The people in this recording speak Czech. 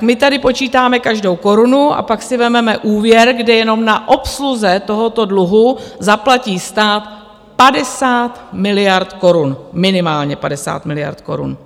My tady počítáme každou korunu a pak si vezmeme úvěr, kde jenom na obsluze tohoto dluhu zaplatí stát 50 miliard korun, minimálně 50 miliard korun!